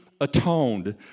atoned